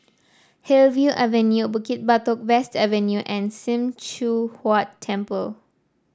Hillview Avenue Bukit Batok West Avenue and Sim Choon Huat Temple